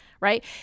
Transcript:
Right